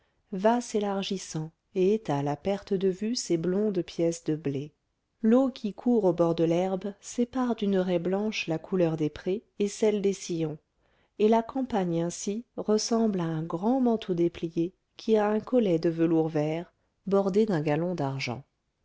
va s'élargissant et étale à perte de vue ses blondes pièces de blé l'eau qui court au bord de l'herbe sépare d'une raie blanche la couleur des prés et celle des sillons et la campagne ainsi ressemble à un grand manteau déplié qui a un collet de velours vert bordé d'un galon d'argent